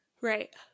Right